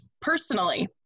personally